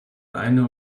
eine